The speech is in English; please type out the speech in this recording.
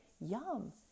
Yum